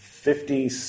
Fifty